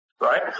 right